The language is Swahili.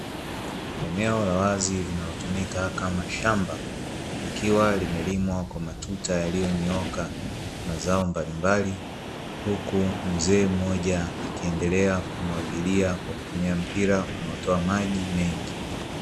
Eneo la wazi linalotumika kama shamba, likiwa limelimwa kwa matuta yaliyonyooka, mazao mbalimbali. Huku mzee mmoja akiendelea kumwagilia kwa kutumia mpira unaotoa maji mengi.